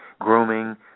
grooming